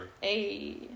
Hey